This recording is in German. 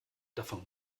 davon